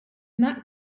that